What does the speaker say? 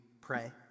pray